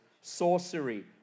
sorcery